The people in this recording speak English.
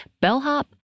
bellhop